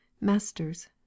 masters